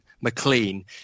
McLean